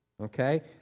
okay